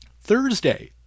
Thursday